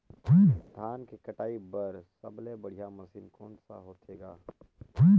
धान के कटाई बर सबले बढ़िया मशीन कोन सा होथे ग?